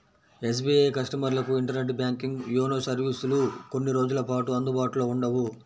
SBI కస్టమర్లకు internet banking, YONO సర్వీసులు కొన్ని రోజుల పాటు అందుబాటులో ఉండవు